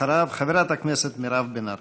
אחריו, חברת הכנסת מירב בן ארי.